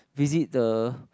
visit the